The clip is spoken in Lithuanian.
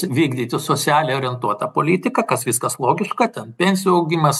vykdyti socialiai orientuotą politiką kas viskas logiška ten pensijų augimas